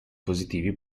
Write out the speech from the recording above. positivi